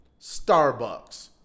Starbucks